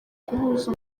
guhuza